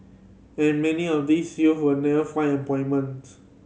and many of these youth will never find employment